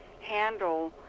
handle